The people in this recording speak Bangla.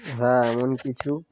হ্যাঁ এমন কিছু